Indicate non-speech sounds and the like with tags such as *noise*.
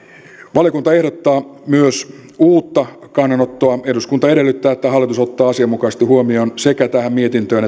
valiokunta ehdottaa myös uutta kannanottoa eduskunta edellyttää että hallitus ottaa asianmukaisesti huomioon sekä tähän mietintöön *unintelligible*